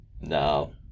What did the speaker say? No